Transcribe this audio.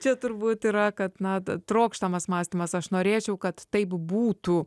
čia turbūt yra kad na t trokštamas mąstymas aš norėčiau kad taip būtų